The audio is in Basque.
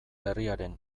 herriaren